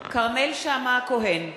מצביע כרמל שאמה-הכהן,